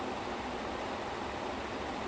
it was a good show lah fresh prince of bel air